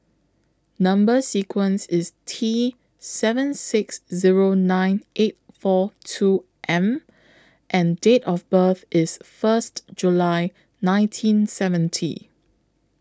Number sequence IS T seven six Zero nine eight four two M and Date of birth IS First July nineteen seventy